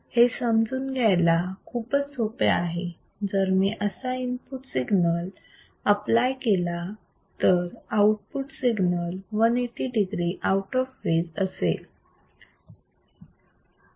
हे समजून घ्यायला खूपच सोपे आहे जर मी असा इनपुट सिग्नल आपलाय केला तर output signal 180 degree out of phase असेल